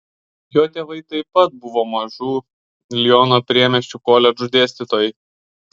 jo tėvai taip pat buvo mažų liono priemiesčių koledžų dėstytojai